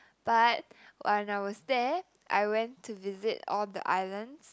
but when I was there I went to visit all the island